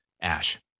Ash